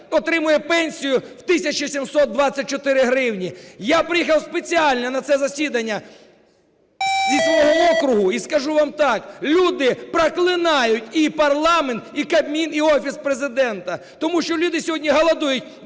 отримує пенсію в 1 тисячу 724 гривні. Я приїхав спеціально на це засідання зі свого округу, і скажу вам так: люди проклинають і парламент, і Кабмін, і Офіс Президента, тому що люди сьогодні голодують.